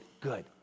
good